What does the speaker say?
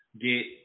get